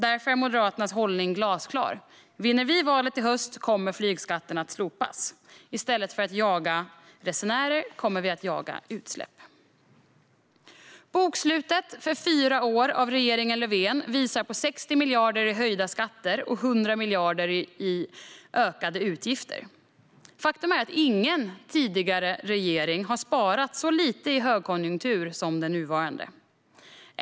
Därför är Moderaternas hållning glasklar: Vinner vi valet i höst kommer flygskatten att slopas. I stället för att jaga resenärer kommer vi att jaga utsläpp. Bokslutet för fyra år med regeringen Löfven visar på 60 miljarder i höjda skatter och 100 miljarder i ökade utgifter. Faktum är att ingen tidigare regering har sparat så lite i högkonjunktur som den nuvarande.